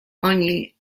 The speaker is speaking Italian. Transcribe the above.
ogni